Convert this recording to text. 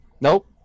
Nope